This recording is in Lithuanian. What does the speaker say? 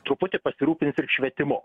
truputį pasirūpins ir švietimu